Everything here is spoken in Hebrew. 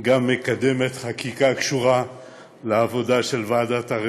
מקדמת חקיקה שקשורה לעבודה של ועדת העבודה,